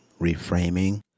reframing